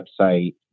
website